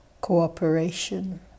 cooperation